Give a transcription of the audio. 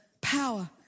power